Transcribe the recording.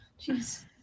Jeez